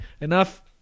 enough